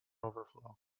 overflow